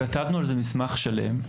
כתבנו על זה מסמך שלם.